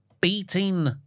beating